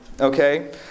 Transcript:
okay